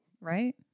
right